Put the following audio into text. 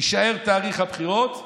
יישאר תאריך הבחירות.